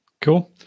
Cool